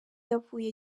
yavuye